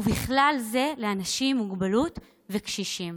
ובכלל זה לאנשים עם מוגבלות ולקשישים.